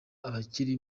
abakiri